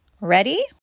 Ready